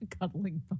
Cuddling